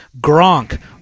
Gronk